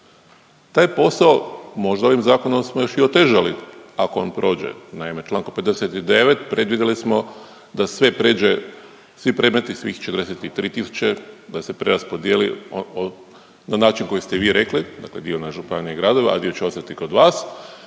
Taj posao možda ovim zakonom smo još i otežali ako on prođe. Naime, Člankom 59. predvidjeli smo da sve pređe, svi predmeti svih 43 tisuće da se preraspodijeli na način koji ste vi rekli, dakle dio na županije i gradove, a dio će ostati kod vas